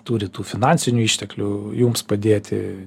turi tų finansinių išteklių jums padėti